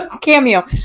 cameo